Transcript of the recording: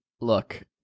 Look